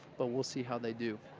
but we'll see how they do.